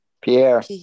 Pierre